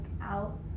out